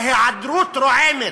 ההיעדרות רועמת.